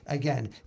Again